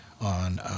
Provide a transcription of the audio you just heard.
on